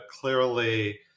clearly